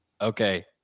okay